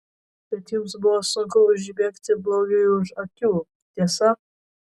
bet jums buvo sunku užbėgti blogiui už akių tiesa